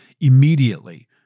immediately—